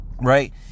right